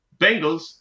Bengals